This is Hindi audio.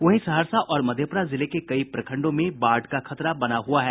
वहीं सहरसा और मधेपुरा जिले के कई प्रखंडों में बाढ़ का खतरा बना हुआ है